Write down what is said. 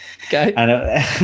Okay